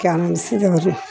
क्या